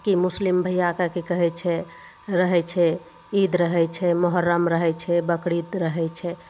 कि मुस्लिम भैयाके कि कहै छै रहै छै ईद रहै छै मोहर्रम रहै छै बकरीद रहै छै